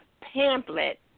pamphlet